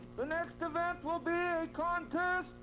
next event will be a contest.